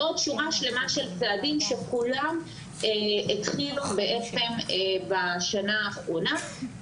ועוד שורה שלמה של צעדים שכולם התחילו בעצם בשנה האחרונה.